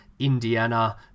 Indiana